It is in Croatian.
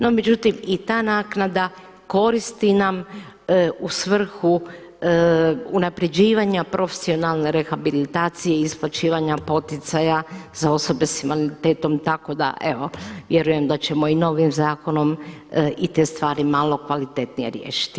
No međutim i ta naknada koristi nam u svrhu unapređivanja profesionalne rehabilitacije i isplaćivanja poticaja za osobe sa invaliditetom, tako da evo vjerujem da ćemo i novim zakonom i te stvari malo kvalitetnije riješiti.